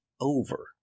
over